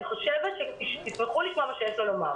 אני חושבת שתשמחו לשמוע מה שיש לו לומר.